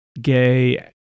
gay